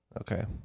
Okay